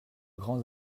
grands